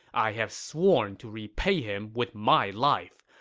i have sworn to repay him with my life.